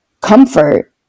comfort